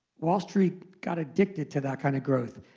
wall street got addicted to that kind of growth.